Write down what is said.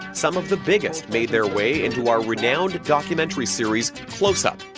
some of the biggest made their way into our renowned documentary series close-up,